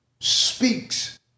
Speaks